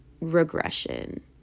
regression